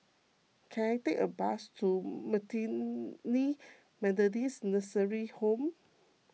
can I take a bus to Methodist Nursing Home